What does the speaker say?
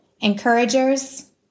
Encouragers